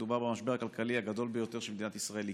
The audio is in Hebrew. מדובר במשבר הכלכלי הגדול ביותר שמדינת ישראל הכירה.